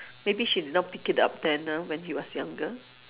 maybe she did not pick it up then ah when he was younger